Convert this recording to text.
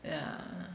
yeah